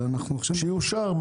שיאושר.